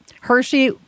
Hershey